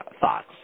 thoughts